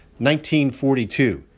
1942